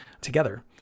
together